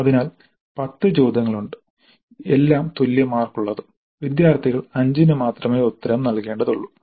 അതിനാൽ 10 ചോദ്യങ്ങളുണ്ട് എല്ലാം തുല്യ മാർക്ക് ഉള്ളതും വിദ്യാർത്ഥികൾ 5 ന് മാത്രമേ ഉത്തരം നൽകേണ്ടതുള്ളൂ